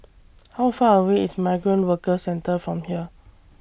How Far away IS Migrant Workers Centre from here